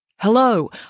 Hello